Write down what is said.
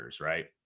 right